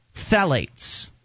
phthalates